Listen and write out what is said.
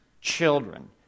children